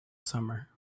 summer